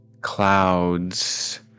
clouds